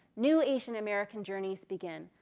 new asian american journeys begin.